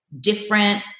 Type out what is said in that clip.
different